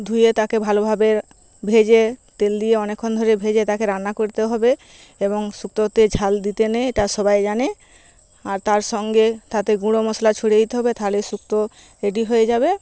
ধুয়ে তাকে ভালোভাবে ভেজে তেল দিয়ে অনেকক্ষণ ধরে ভেজে তাকে রান্না করতে হবে এবং শুক্তোতে ঝাল দিতে নেই এটা সবাই জানে আর তার সঙ্গে তাতে গুঁড়ো মশলা ছড়িয়ে দিতে হবে তাহলেই শুক্তো রেডি হয়ে যাবে